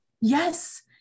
Yes